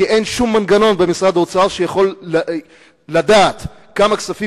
כי אין שום מנגנון במשרד האוצר שיכול לדעת כמה כספים